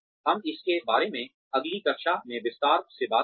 हम इसके बारे में अगली कक्षा में विस्तार से बात करेंगे